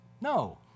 no